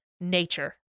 nature